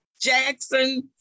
Jackson